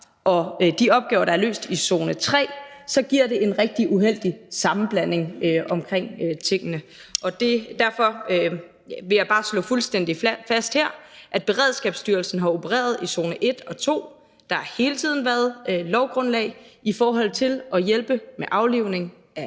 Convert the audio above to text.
og de opgaver, der er løst i zone 3, giver det en rigtig uheldig sammenblanding af tingene. Derfor vil jeg bare slå fuldstændig fast her, at Beredskabsstyrelsen har opereret i zone 1 og 2, og at der hele tiden har været lovgrundlag for at hjælpe med aflivning af